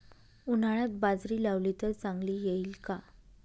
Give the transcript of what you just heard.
उन्हाळ्यात बाजरी लावली तर चांगली येईल का?